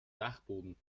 dachboden